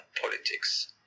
politics